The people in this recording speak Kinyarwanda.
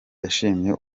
yashimiye